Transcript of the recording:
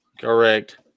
Correct